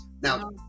Now